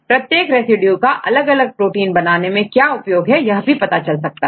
प्रत्येक रेसिड्यू का अलग अलग प्रोटीन बनाने में क्या उपयोग है यह भी पता चल सकता है